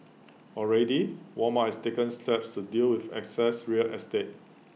already Walmart has taken steps to deal with excess real estate